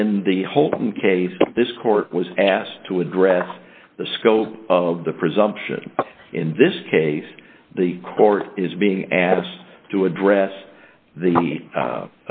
in the holding case this court was asked to address the scope of the presumption in this case the court is being asked to address the